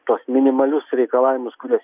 tuos minimalius reikalavimus kuriuos